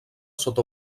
sota